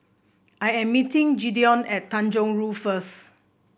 I am meeting Gideon at Tanjong Rhu first